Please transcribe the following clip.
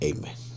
Amen